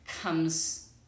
comes